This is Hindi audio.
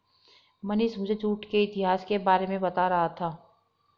मनीष मुझे जूट के इतिहास के बारे में बता रहा था